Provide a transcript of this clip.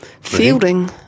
Fielding